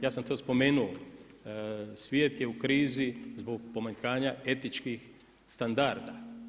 Ja sam to spomenuo, svijet je u krizi zbog pomanjkanja etičkih standarda.